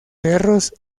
cerros